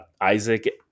isaac